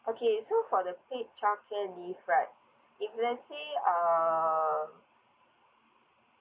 okay so for the paid childcare leave right if let's say um